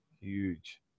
Huge